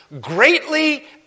greatly